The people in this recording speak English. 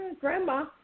grandma